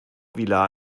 vila